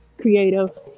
creative